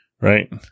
right